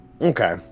okay